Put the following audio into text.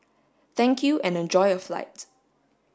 thank you and enjoy your flight